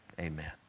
amen